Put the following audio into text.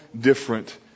different